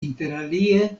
interalie